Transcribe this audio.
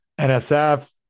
NSF